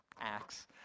Acts